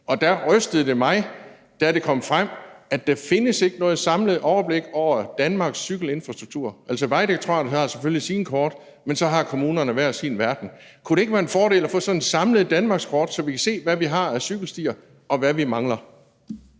Der rystede det mig, da det kom frem, at der ikke findes noget samlet overblik over Danmarks cykelinfrastruktur. Altså, Vejdirektoratet har selvfølgelig sine kort, men så har kommunerne hver sin verden. Kunne det ikke være en fordel at få sådan et samlet danmarkskort over, hvad vi har af cykelstier, og hvad vi mangler?